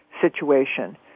situation